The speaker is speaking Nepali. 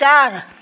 चार